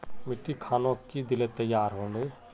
मिट्टी खानोक की दिले तैयार होने?